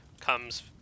comes